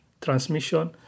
transmission